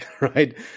right